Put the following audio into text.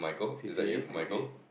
C C A C C A